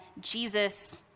Jesus